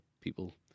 people